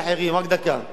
כל חוק התכנון והבנייה,